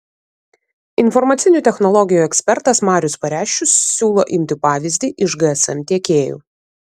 informacinių technologijų ekspertas marius pareščius siūlo imti pavyzdį iš gsm tiekėjų